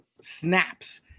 snaps